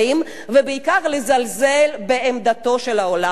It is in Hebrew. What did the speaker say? ובעיקר לזלזל בעמדתו של העולם הנאור,